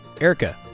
Erica